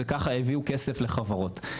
וככה העבירו כסף לחברות.